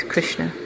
Krishna